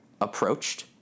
approached